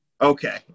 Okay